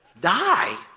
Die